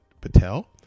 patel